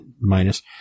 minus